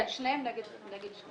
כן, שניהם נגד שליש.